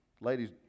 ladies